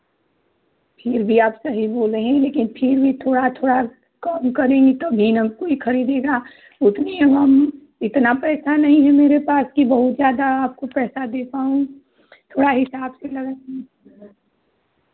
फिर भी आप सही बोल रहे हैं लेकिन फिर भी थोड़ा थोड़ा कम करेंगी तभी ना कोई खरीदेगा उतने इतना पैसा नहीं है मेरे पास कि बहुत ज़्यादा आपको पैसा दे पाऊँ थोड़ा हिसाब से लगाईए